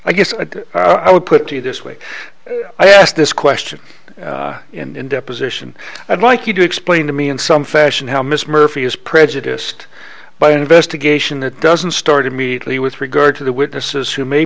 i guess i would put it to you this way i asked this question in deposition i'd like you to explain to me in some fashion how miss murphy is prejudiced by an investigation that doesn't start immediately with regard to the witnesses who may